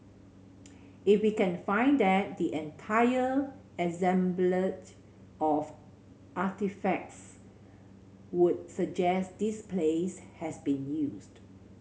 if we can find that the entire assemblage of artefacts would suggest this place has been used